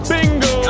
Bingo